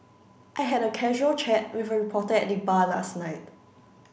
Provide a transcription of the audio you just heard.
I had a casual chat with a reporter at the bar last night